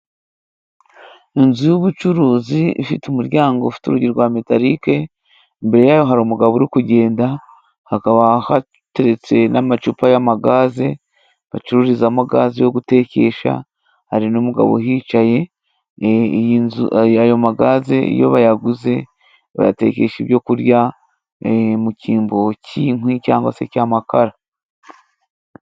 Inzu y'ubucuruzi ifite umuryango ufite urugi rwa metalike imbere yayo hari umugabo uri kugenda, hakaba hateretse n'amacupa y'amagaze bacururizamo gaze yo gutekesha, hari n'umugabo uhicaye, iyi nzu ayo magaze iyo bayaguze bayatekesha ibyo kurya mu cyimbo cy' inkwi cyangwa se cy'amakara.